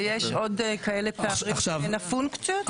ויש עוד כאלה פערים בין הפונקציות?